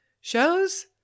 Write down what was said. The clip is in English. shows